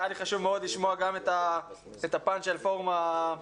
היה לי חשוב מאוד לשמוע גם את הפן של פורום הפסיכולוגים,